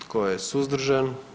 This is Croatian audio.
Tko je suzdržan?